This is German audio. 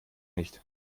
nicht